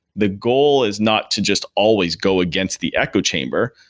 the goal is not to just always go against the echo chamber.